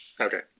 okay